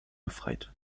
befreit